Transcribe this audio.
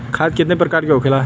खाद कितने प्रकार के होखेला?